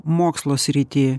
mokslo srity